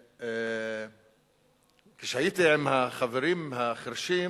כשהייתי עם החברים החירשים,